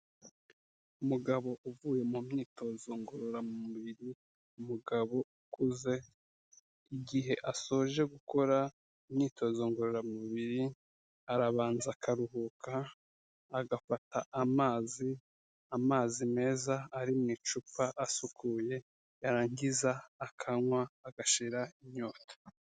Umugabo uvuye mu myitozo ngororamubiri, umugabo ukuze igihe asoje gukora imyitozo ngororamubiri arabanza akaruhuka, agafata amazi, amazi meza ari mu icupa asukuye, yarangiza akanywa agashira inyota.